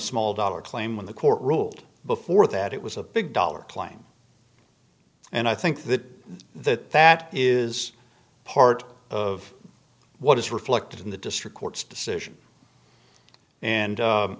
small dollar claim when the court ruled before that it was a big dollar claim and i think that that that is part of what is reflected in the district court's decision and